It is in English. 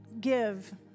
give